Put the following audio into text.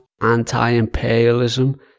anti-imperialism